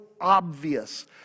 obvious